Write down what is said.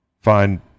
find